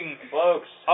Folks